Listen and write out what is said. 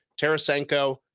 Tarasenko